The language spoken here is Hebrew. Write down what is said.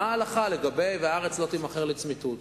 מה ההלכה לגבי "והארץ לא תימכר לצמיתות".